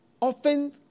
often